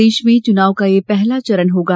प्रदेश में चुनाव का यह पहला चरण होगा